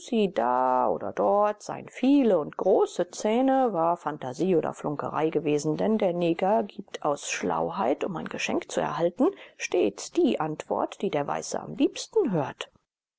da oder dort seien viele und große zähne war phantasie oder flunkerei gewesen denn der neger gibt aus schlauheit um ein geschenk zu erhalten stets die antwort die der weiße am liebsten hört